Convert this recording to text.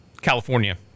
california